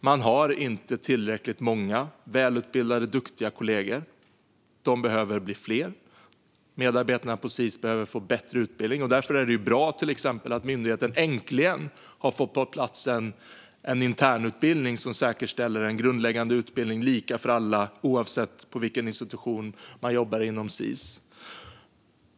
Man har inte tillräckligt många välutbildade och duktiga kollegor. De behöver bli fler. Medarbetarna på Sis behöver få bättre utbildning. Därför är det bra att myndigheten till exempel äntligen har fått på plats en internutbildning som säkerställer en grundläggande utbildning som är lika för alla oavsett vilken institution man jobbar på inom Sis.